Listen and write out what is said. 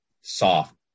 soft